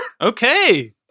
Okay